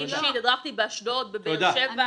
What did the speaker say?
אני אישית הדרכתי באשדוד בפריפריה.